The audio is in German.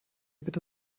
bitte